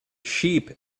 sheep